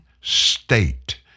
state